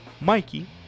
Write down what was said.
Mikey